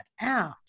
out